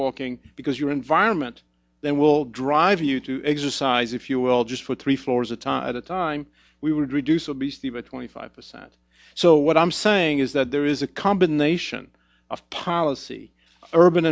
walking because your environment then will drive you to exercise if you will just for three floors a time at a time we would reduce obesity but twenty five percent so what i'm saying is that there is a combination of policy urban